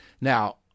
Now